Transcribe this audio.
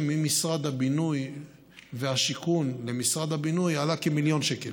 ממשרד הבינוי והשיכון למשרד הבינוי עלה כמיליון שקל